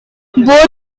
both